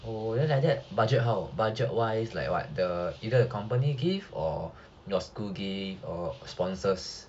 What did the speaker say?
oh then like that budget how budget wise like what the either company give or your school give or sponsors